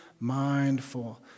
mindful